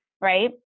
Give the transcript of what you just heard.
right